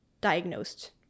diagnosed